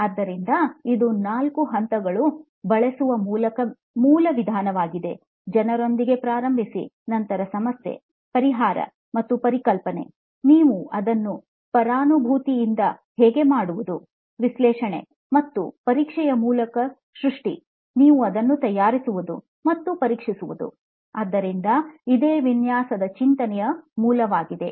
ಆದ್ದರಿಂದ ಇದು 4 ಹಂತಗಳನ್ನು ಬಳಸುವ ಮೂಲ ವಿಧಾನವಾಗಿದೆ ಜನರೊಂದಿಗೆ ಪ್ರಾರಂಭಿಸಿ ನಂತರ ಸಮಸ್ಯೆ ಪರಿಹಾರ ಮತ್ತು ಪರಿಕಲ್ಪನೆ ನೀವು ಅದನ್ನು ಪರಾನುಭೂತಿಯಿಂದ ಹೇಗೆ ಮಾಡುವುದುವಿಶ್ಲೇಷಣೆ ಮತ್ತು ಪರೀಕ್ಷೆಯ ಮೂಲಕ ಸೃಷ್ಟಿ ನೀವು ಅದನ್ನು ತಯಾರಿಸುವುದು ಮತ್ತು ಪರೀಕ್ಷಿಸುವುದು ಆದ್ದರಿಂದ ಇದೆ ವಿನ್ಯಾಸದ ಚಿಂತನೆಯ ಮೂಲವಾಗಿದೆ